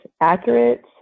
accurate